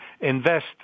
invest